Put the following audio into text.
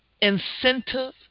incentive